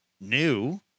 new